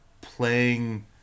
playing